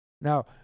Now